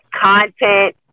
content